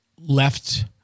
left